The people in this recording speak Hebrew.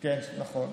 נכון.